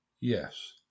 Yes